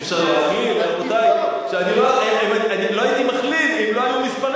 המוסד ראוי, אני בא מהאקדמיה.